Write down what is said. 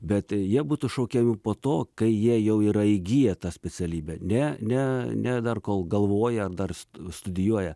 bet jie būtų šaukiami po to kai jie jau yra įgiję tą specialybę ne ne ne dar kol galvoja dar studijuoja